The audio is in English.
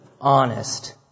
honest